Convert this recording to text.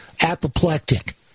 apoplectic